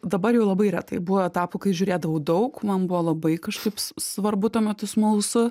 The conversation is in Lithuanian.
dabar jau labai retai buvo etapų kai žiūrėdavau daug man buvo labai kažkaip s svarbu tuo metu smalsu